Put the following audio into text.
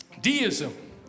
deism